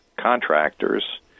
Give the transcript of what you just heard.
contractors